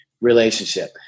relationship